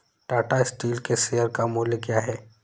Tata steel के share का मूल्य क्या है?